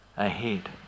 ahead